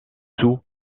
sous